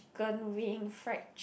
~ken wing fried chic~